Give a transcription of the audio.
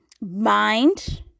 mind